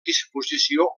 disposició